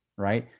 right?